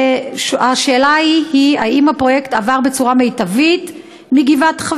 השאלה היא: האם הפרויקט עבר בצורה מיטבית מגבעת-חביבה?